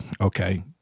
Okay